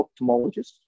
ophthalmologist